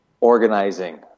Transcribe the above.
organizing